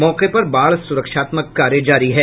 मौके पर बाढ़ सुरक्षात्मक कार्य जारी है